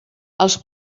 els